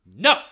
No